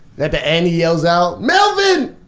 at the end he yells out, melvin!